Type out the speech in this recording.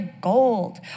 gold